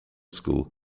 school